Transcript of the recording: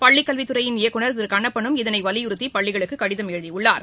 பள்ளிக்கல்வித்துறையின் இயக்குநர் திரு கண்ணப்பனும் இதனை வலியுறுத்தி பள்ளிகளுக்கு ஷதம் எழுதியுள்ளார்